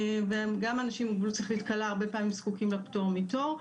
וגם אנשים עם מוגבלות שכלית קלה הרבה פעמים זקוקים לפטור מתור.